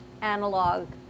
analog